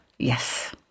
Yes